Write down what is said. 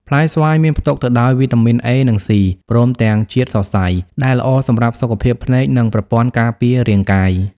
ផ្លែស្វាយមានផ្ទុកទៅដោយវីតាមីន A និង C ព្រមទាំងជាតិសរសៃ ដែលល្អសម្រាប់សុខភាពភ្នែក និងប្រព័ន្ធការពាររាងកាយ។